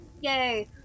Yay